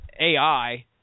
AI